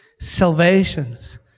salvations